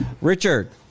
Richard